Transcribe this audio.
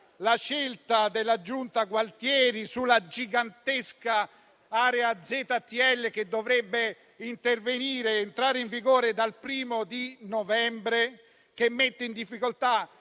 la scelta della Giunta Gualtieri sulla gigantesca area ZTL che dovrebbe entrare in vigore dal 1° novembre, che mette in difficoltà